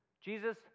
Jesus